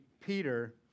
Peter